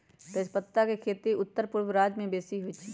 तजपत्ता के खेती उत्तरपूर्व राज्यमें बेशी होइ छइ